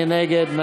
מי נגד?